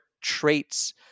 traits